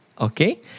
Okay